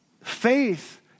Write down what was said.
Faith